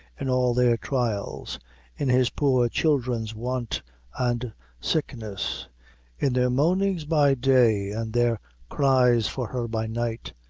in all their trials in his poor children's want and sickness in their moanings by day and their cries for her by night,